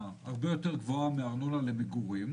הרבה יותר גבוהה מארנונה למגורים,